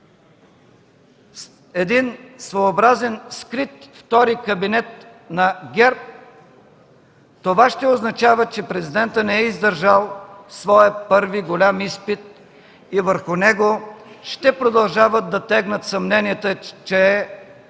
един своеобразен скрит втори кабинет на ГЕРБ, това ще означава, че президентът не е издържал своя първи голям изпит и върху него ще продължават да тегнат съмненията, че е